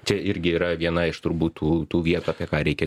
čia irgi yra viena iš turbūt tų tų vieta apie ką reikia